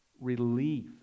relief